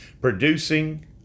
producing